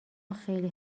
خیلی